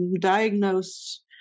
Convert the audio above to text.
diagnosed